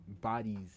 bodies